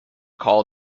call